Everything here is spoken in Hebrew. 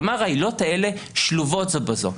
כלומר, העילות האלה שלובות זו בזו.